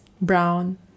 brown